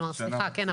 כלומר, סליחה, כן?